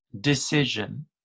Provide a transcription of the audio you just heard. decision